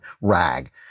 rag